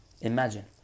imagine